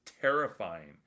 terrifying